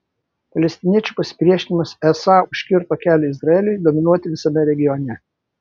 palestiniečių pasipriešinimas esą užkirto kelią izraeliui dominuoti visame regione